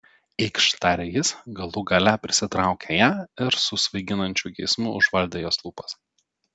eikš tarė jis galų gale prisitraukė ją ir su svaiginančiu geismu užvaldė jos lūpas